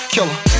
Killer